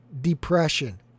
depression